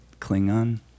Klingon